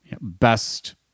Best